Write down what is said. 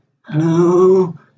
Hello